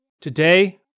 Today